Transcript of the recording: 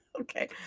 Okay